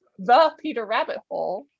thepeterrabbithole